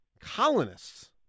colonists